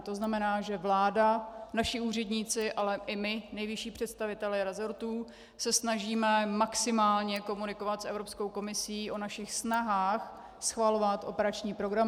To znamená, že vláda, naši úředníci, ale i my, nejvyšší představitelé resortů, se snažíme maximálně komunikovat s Evropskou komisí o našich snahách, schvalovat operační programy.